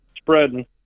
spreading